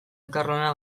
elkarlana